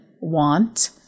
want